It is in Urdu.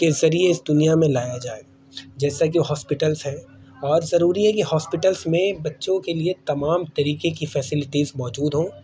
کے ذریعے اس دنیا میں لایا جائے جیسا کہ ہاسپٹلس ہیں اور ضروری ہے کہ ہاسپٹلس میں بچوں کے لیے تمام طریقے کی فیسیلٹیز موجود ہوں